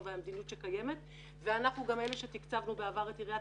והמדיניות שקיימת ואנחנו גם אלה שתקצבנו בעבר את עיריית